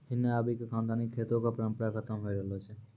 हिन्ने आबि क खानदानी खेतो कॅ परम्परा खतम होय रहलो छै